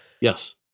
Yes